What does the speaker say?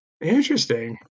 Interesting